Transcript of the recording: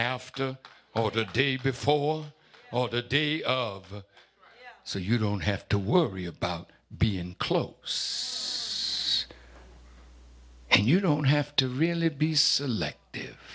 after or the day before or the day of so you don't have to worry about being close and you don't have to really be selective